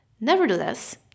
Nevertheless